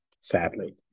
sadly